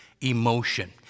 Emotion